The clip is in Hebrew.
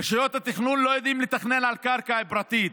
רשויות התכנון לא יודעות לתכנן על קרקע פרטית,